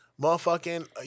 motherfucking